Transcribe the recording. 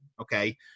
Okay